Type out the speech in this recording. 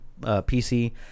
PC